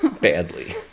badly